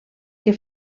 que